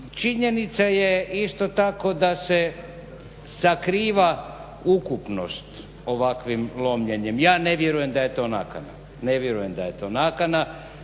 Činjenica jest isto tako da se sakriva ukupnost ovakvim lomljenjem. Ja ne vjerujem da je to nakana.